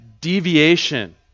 deviation